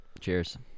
Cheers